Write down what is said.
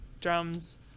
drums